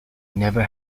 never